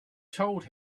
told